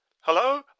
Hello